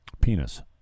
penis